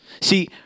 See